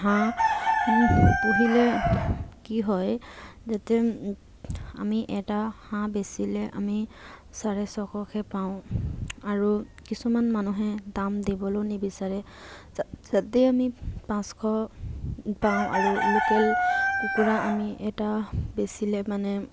হাঁহ পুহিলে কি হয় যাতে আমি এটা হাঁহ বেচিলে আমি চাৰে ছশকৈ পাওঁ আৰু কিছুমান মানুহে দাম দিবলৈও নিবিচাৰে যাতে আমি পাঁচশ পাওঁ আৰু লোকেল কুকুৰা আমি এটা বেচিলে মানে